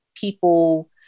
people